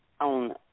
on